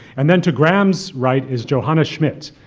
and then, to graeme's right is johanna schmitt,